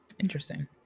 Interesting